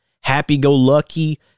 happy-go-lucky